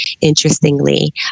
interestingly